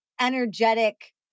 energetic